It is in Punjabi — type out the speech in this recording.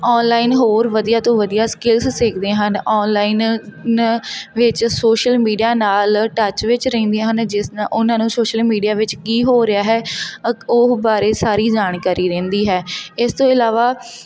ਔਨਲਾਈਨ ਹੋਰ ਵਧੀਆ ਤੋਂ ਵਧੀਆ ਸਕਿੱਲਸ ਸਿੱਖਦੇ ਹਨ ਔਨਲਾਈਨ ਨ ਵਿੱਚ ਸੋਸ਼ਲ ਮੀਡੀਆ ਨਾਲ ਟੱਚ ਵਿੱਚ ਰਹਿੰਦੀਆਂ ਹਨ ਜਿਸ ਤਰ੍ਹਾਂ ਉਹਨਾਂ ਨੂੰ ਸੋਸ਼ਲ ਮੀਡੀਆ ਵਿੱਚ ਕੀ ਹੋ ਰਿਹਾ ਹੈ ਅ ਉਹ ਬਾਰੇ ਸਾਰੀ ਜਾਣਕਾਰੀ ਰਹਿੰਦੀ ਹੈ ਇਸ ਤੋਂ ਇਲਾਵਾ